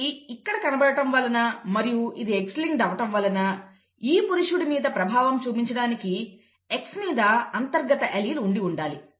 ఇది ఇక్కడ కనబడటం వలన మరియు ఇది X లింక్డ్ అవ్వడం వలన ఈ పురుషుడి మీద ప్రభావం చూపించడానికి X మీద అంతర్గత అల్లీల్ ఉండి ఉండాలి